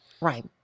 Right